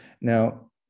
Now